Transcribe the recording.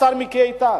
השר מיקי איתן,